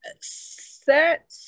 set